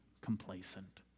complacent